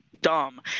dumb